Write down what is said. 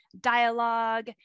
dialogue